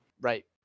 Right